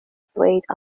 ddweud